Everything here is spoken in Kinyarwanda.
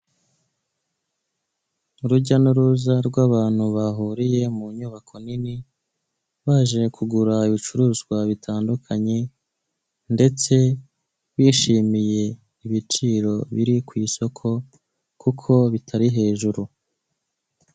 Urujya n'uruza rw'abantu bahuriye mu nyubako nini, baje kugura ibicuruzwa bitandukanye ndetse bishimiye ibiciro biri ku isoko kuko bitari hejuru.